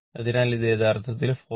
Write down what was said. അതിനാൽ ഇത് യഥാർത്ഥത്തിൽ 44